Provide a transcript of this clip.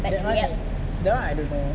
that right that [one] I don't know